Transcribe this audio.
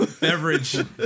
beverage